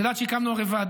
את יודעת הרי שהקמנו ועדה,